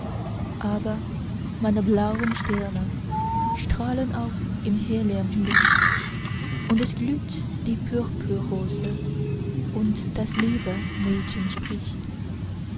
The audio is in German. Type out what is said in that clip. aber meine blauen sterne strahlen auf in hellerm licht und es glühn die purpurröslein und das liebe mädchen spricht